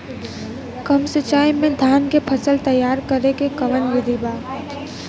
कम सिचाई में धान के फसल तैयार करे क कवन बिधि बा?